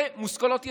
זה מושכלות יסוד.